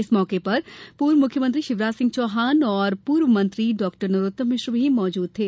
इस मौके पर पूर्व मुख्यमंत्री शिवराज सिंह चौहान और पूर्व मंत्री डॉ नरोत्तम मिश्र भी मौजूद थे